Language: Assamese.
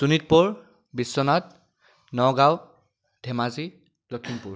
শোণিতপুৰ বিশ্বনাথ নগাঁও ধেমাজি লখিমপুৰ